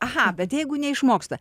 aha bet jeigu neišmoksta